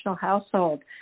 household